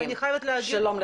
שלום לך.